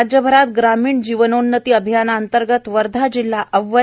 राज्यभरात ग्रामीण जीवनोन्नती अभियानाअंतर्गत वर्धा जिल्हा अव्वल